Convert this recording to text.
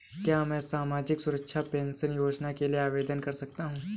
क्या मैं सामाजिक सुरक्षा पेंशन योजना के लिए आवेदन कर सकता हूँ?